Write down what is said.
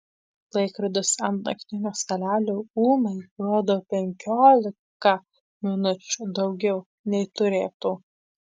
laikrodis ant naktinio stalelio ūmai rodo penkiolika minučių daugiau nei turėtų